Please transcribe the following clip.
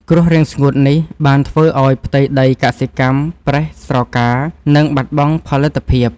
គ្រោះរាំងស្ងួតនេះ បានធ្វើឱ្យផ្ទៃដីកសិកម្មប្រេះស្រកា និងបាត់បង់ផលិតភាព។